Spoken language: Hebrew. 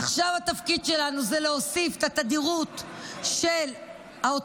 עכשיו התפקיד שלנו זה להוסיף את התדירות של האוטובוסים,